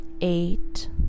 eight